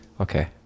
Okay